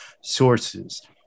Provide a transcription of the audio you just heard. sources